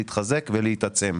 להתחזק ולהתעצם.